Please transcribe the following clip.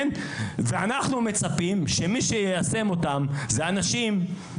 אנחנו מצפים שמי שיישם אותם הם אנשים